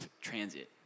transit